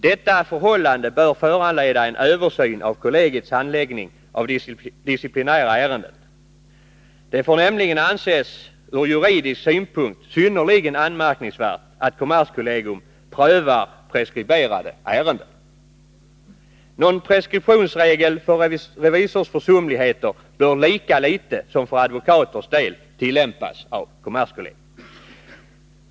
Detta förhållande bör föranleda en översyn av kollegiets handläggning av disciplinära ärenden. Det får nämligen från juridisk synpunkt anses synnerligen anmärkningsvärt att kommerskollegium prövar preskriberade ärenden. Någon preskriptionsregel för revisors försumligheter bör lika litet som för advokaters del tillämpas av kommerskollegium.